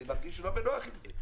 אני מרגיש לא בנוח עם זה.